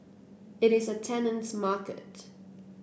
it is a tenant's market